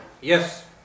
Yes